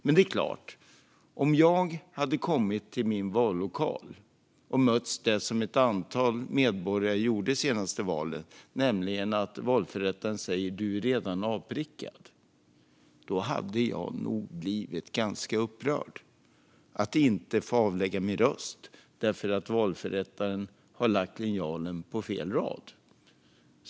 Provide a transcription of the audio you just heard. Men det är klart att om jag hade kommit till min vallokal och mötts av det som ett antal medborgare möttes av vid det senaste valet, nämligen att valförrättaren säger att jag redan är avprickad, hade jag nog blivit ganska upprörd. Det handlar om att man inte får avlägga sin röst därför att valförrättaren har lagt linjalen på fel rad.